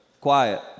quiet